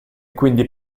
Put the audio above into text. quindi